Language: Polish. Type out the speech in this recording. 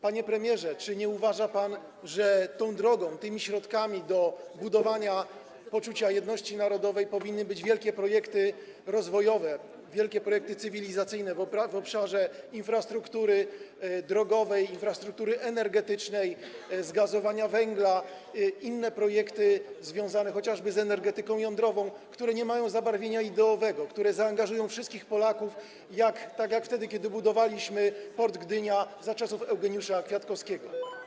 Panie premierze, czy nie uważa pan, że tą drogą, tymi środkami do budowania poczucia jedności narodowej powinny być wielkie projekty rozwojowe, wielkie projekty cywilizacyjne w obszarze infrastruktury drogowej, infrastruktury energetycznej, zgazowania węgla, inne projekty związane chociażby z energetyką jądrową, które nie mają zabarwienia ideowego, które zaangażują wszystkich Polaków, tak jak wtedy, kiedy budowaliśmy port Gdynia za czasów Eugeniusza Kwiatkowskiego?